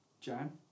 Jan